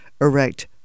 erect